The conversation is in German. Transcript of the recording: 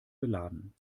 beladen